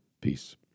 Peace